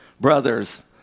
brothers